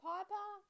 Piper